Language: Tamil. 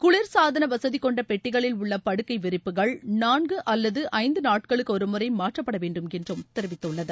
குளிர்சாதனவசதிகொண்டபெட்டிகளில் உள்ளபடுக்கைவிரிப்புகள் நான்குஅல்லதுறந்துநாட்களுக்குஒருமுறைமாற்றப்படவேண்டுமென்றதெரிவித்துள்ளது